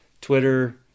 Twitter